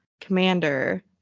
commander